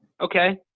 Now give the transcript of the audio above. Okay